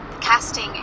casting